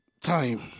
Time